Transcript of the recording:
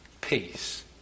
Peace